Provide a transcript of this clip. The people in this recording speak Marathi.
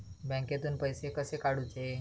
बँकेतून पैसे कसे काढूचे?